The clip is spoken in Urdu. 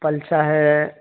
پلسا ہے